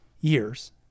years